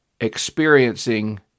experiencing